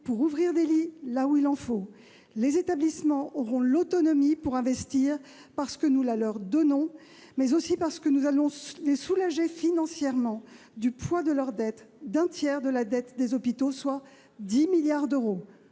pour ouvrir des lits là où il en faut. Les établissements auront l'autonomie nécessaire pour investir, parce que nous la leur donnons, mais aussi parce que nous allons les soulager financièrement du poids de leur dette, à hauteur d'un tiers de la dette des hôpitaux, soit 10 milliards d'euros